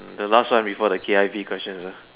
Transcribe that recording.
the last one before the K_I_V questions lah